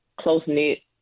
close-knit